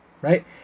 right